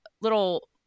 little